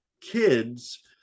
kids